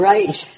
Right